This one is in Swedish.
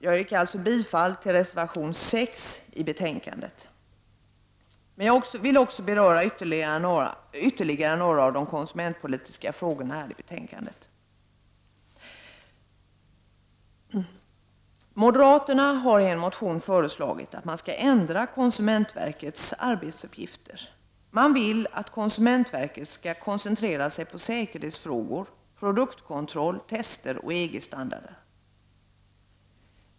Jag yrkar alltså bifall till reservation 6 i betänkandet. Jag vill beröra ytterligare några av de konsumentpolitiska frågorna. Moderaterna har i en motion föreslagit att man skall ändra konsumentverkets arbetsuppgifter. Man vill att konsumentverket skall koncentrera sig på säkerhetsfrågor, produktkontroll, tester och EG-standarder.